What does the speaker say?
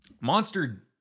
Monster